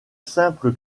simple